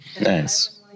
Nice